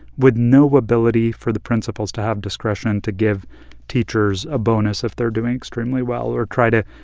with no ability for the principals to have discretion to give teachers a bonus if they're doing extremely well or try to,